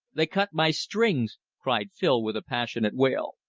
they cut my strings! cried phil with a passionate wail.